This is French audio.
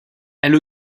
elle